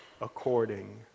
according